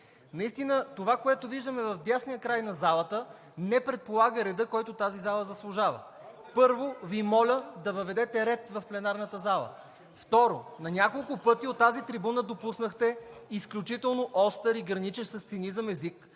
Наистина това, което виждаме в десния край на залата, не предполага редът, който тази зала заслужава. Първо Ви моля да въведете ред в пленарната зала. Второ, на няколко пъти от тази трибуна допуснахте изключително остър и граничещ с цинизъм език,